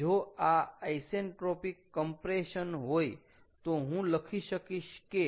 જો આ isentropic compression હોય તો હું લખી શકીશ કે